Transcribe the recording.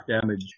damage